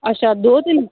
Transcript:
अच्छा दौ तिन